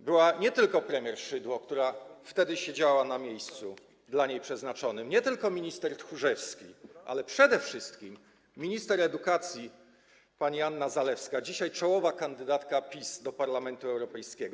byli nie tylko premier Szydło, która wtedy siedziała na miejscu dla niej przeznaczonym, nie tylko minister Tchórzewski, ale przede wszystkim minister edukacji pani Anna Zalewska, dzisiaj czołowa kandydatka PiS do Parlamentu Europejskiego.